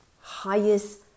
highest